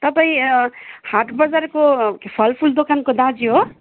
तपाईँ हाट बजारको फलफुल दोकानको दाजु हो